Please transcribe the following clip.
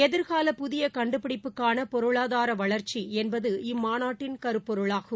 எதிர்கால புதியகண்டுபிடிப்புக்கானபொருளாதாரவளர்ச்சிஎன்பது இம்மாநாட்டின் கருப்பொருளாகும்